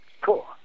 Cool